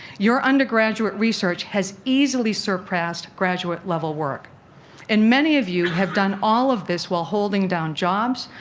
your undergraduate research has easily surpassed graduate level work and many of you have done all of this while holding down jobs,